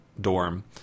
dorm